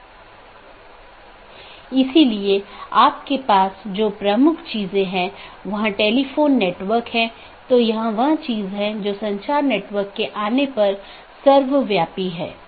यह केवल उन्हीं नेटवर्कों के विज्ञापन द्वारा पूरा किया जाता है जो उस AS में या तो टर्मिनेट होते हैं या उत्पन्न होता हो यह उस विशेष के भीतर ही सीमित है